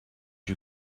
you